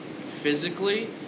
physically